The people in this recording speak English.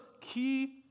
key